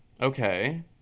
Okay